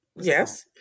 Yes